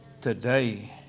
Today